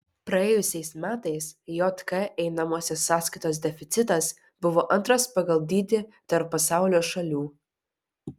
praėjusiais metais jk einamosios sąskaitos deficitas buvo antras pagal dydį tarp pasaulio šalių